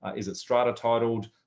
is it strata titled?